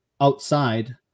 outside